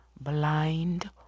blind